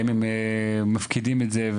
האם הם מפקידים את זה?